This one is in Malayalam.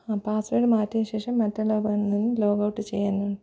ആ പാസ്സ്വേർഡ് മാറ്റിയശേഷം മറ്റെല്ലാ ഉപകരണങ്ങളും ലോഗ് ഔട്ട് ചെയ്യണം